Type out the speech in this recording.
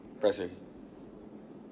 pressing